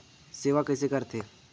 सेवा कइसे करथे?